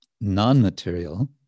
non-material